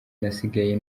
nasigaye